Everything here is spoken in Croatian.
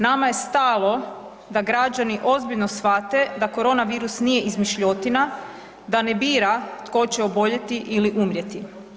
Nama je stalo da građani ozbiljno shvate da korona virus nije izmišljotina, da ne bira tko će oboljeti ili umrijeti.